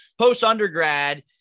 post-undergrad